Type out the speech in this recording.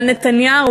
על נתניהו,